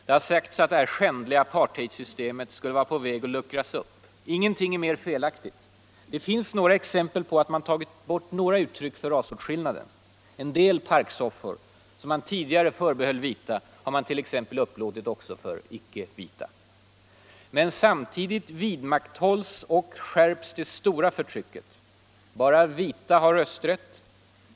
Det har sagts att detta skändliga apartheidsystem skulle vara på väg att luckras upp. Ingenting är mer felaktigt. Det finns exempel på att man tagit bort några uttryck för rasåtskillnaden. En del parksoffor som tidigare förbehölls vita har t.ex. upplåtits också för icke-vita. Men samtidigt vidmakthålls och skärps det stora förtrycket. Bara vita har rösträtt.